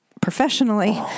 professionally